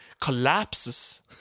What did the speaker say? collapses